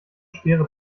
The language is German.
schwere